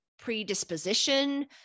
predisposition